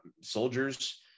soldiers